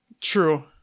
True